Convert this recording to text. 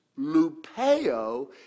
Lupeo